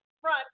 front